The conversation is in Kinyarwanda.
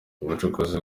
ubucukuzi